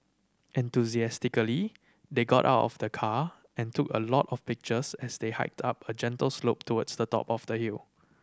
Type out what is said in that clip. enthusiastically they got out of the car and took a lot of pictures as they hiked up a gentle slope towards the top of the hill